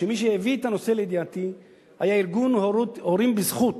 שמי שהביא את הנושא לידיעתי היה ארגון "הורים בזכות"